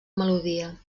melodia